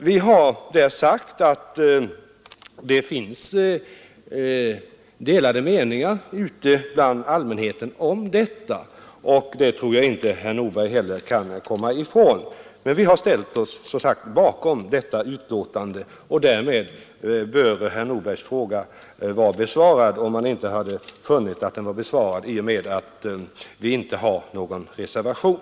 Vi har i betänkandet uttalat att det råder delade meningar ute bland allmänheten om denna sak, och det tror jag inte att herr Nordberg heller kan komma ifrån. Men vi har som sagt ställt oss bakom detta betänkande, och därmed bör herr Nordbergs fråga vara besvarad. Vår inställning borde för övrigt ha stått klar för herr Nordberg i och med att vi inte avgivit någon reservation.